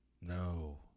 No